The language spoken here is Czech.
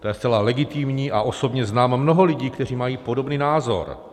To je zcela legitimní a osobně znám mnoho lidí, kteří mají podobný názor.